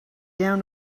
down